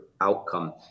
outcome